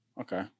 Okay